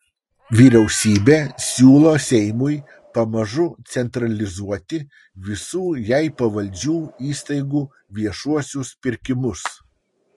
vyriausybė siūlo seimui pamažu centralizuoti visų jai pavaldžių įstaigų viešuosius pirkimus